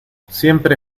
siempre